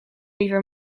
liever